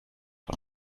von